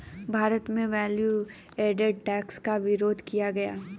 भारत में value added tax का विरोध किया गया